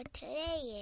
today